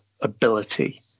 ability